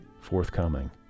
forthcoming